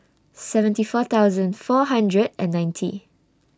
seventy four thousand four hundred and ninety